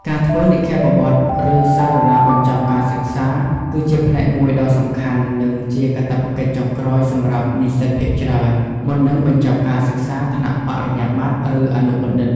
ការធ្វើនិក្ខេបបទ ឬសារណាបញ្ចប់ការសិក្សា គឺជាផ្នែកមួយដ៏សំខាន់ និងជាកាតព្វកិច្ចចុងក្រោយសម្រាប់និស្សិតភាគច្រើន មុននឹងបញ្ចប់ការសិក្សាថ្នាក់បរិញ្ញាបត្រ ឬអនុបណ្ឌិត។